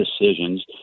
decisions